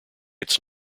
its